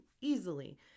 easily